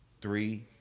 three